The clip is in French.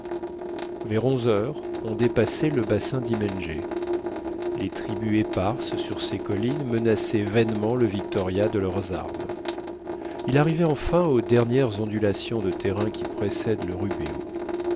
vers onze heures on dépassait le bassin d'imengé les tribus éparses sur ces collines menaçaient vainement le victoria de leurs armes il arrivait enfin aux dernières ondulations de terrain qui précèdent le rubeho